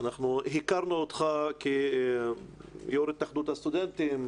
אנחנו הכרנו אותך כיושב-ראש התאחדות הסטודנטים,